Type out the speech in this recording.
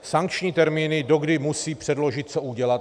Sankční termíny, dokdy musí předložit, udělat atd.